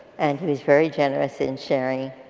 and he was very generous in sharing.